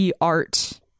art